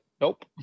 nope